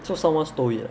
so someone stole it ah